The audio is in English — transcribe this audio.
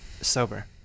sober